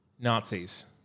Nazis